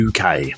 UK